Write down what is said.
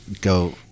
go